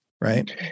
right